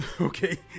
Okay